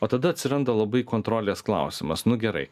o tada atsiranda labai kontrolės klausimas nu gerai